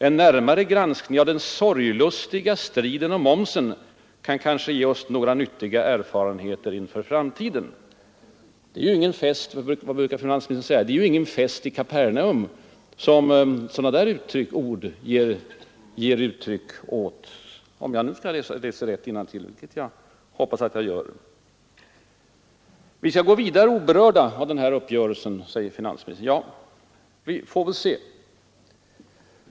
En närmare granskning av den sorglustiga striden om momsen kan kanske ge oss några nyttiga erfarenheter inför framtiden.” Det är ”ingen fest i Kapernaum” — eller vad finansministern brukar säga — som sådana där ord ger uttryck åt. Men trots det skall ”vi gå vidare oberoende av den här uppgörelsen”, säger finansministern. Vi får väl se!